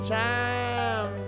time